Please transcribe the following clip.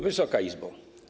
Wysoka Izbo!